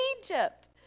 Egypt